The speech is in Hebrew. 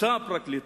אותה פרקליטה.